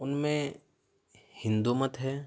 ان میں ہندومت ہے